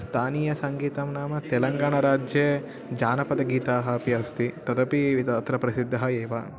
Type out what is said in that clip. स्थानीयसङ्गीतं नाम तेलङ्गाणाराज्ये जानपदगीतानि अपि अस्ति तदपि अत्र प्रसिद्धः एव